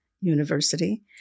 University